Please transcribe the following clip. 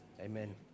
amen